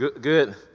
good